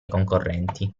concorrenti